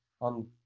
on